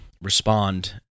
respond